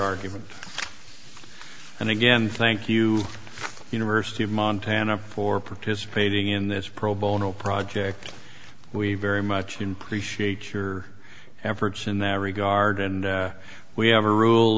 argument and again thank you university of montana for participating in this pro bono project we very much in prescience your efforts in that regard and we have a rule